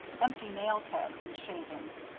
empty nail kegs, and shavings.